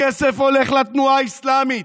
הכסף הולך לתנועה האסלאמית,